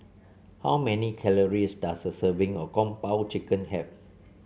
how many calories does a serving of Kung Po Chicken have